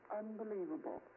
unbelievable